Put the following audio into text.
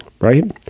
right